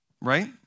right